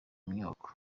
nyubako